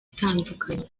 itandukanye